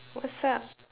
what's up